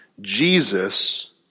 Jesus